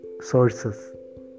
sources